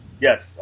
Yes